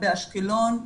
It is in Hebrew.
אשקלון,